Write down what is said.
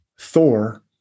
Thor